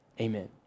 Amen